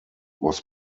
was